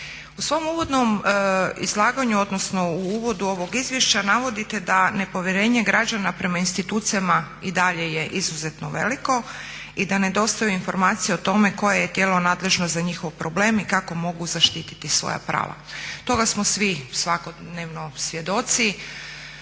U svom uvodnom izlaganja, odnosno u uvodu ovog izvješća navodite da ne povjerenje građana prema institucijama i dalje je izuzetno veliko i da nedostaju informacije o tome koje je tijelo nadležno za njihov problem i kako mogu zaštiti svoja prava. Toga smo svi svakodnevno svjedoci.